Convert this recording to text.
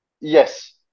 Yes